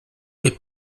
est